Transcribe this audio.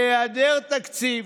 בהיעדר תקציב